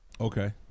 Okay